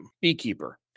beekeeper